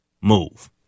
move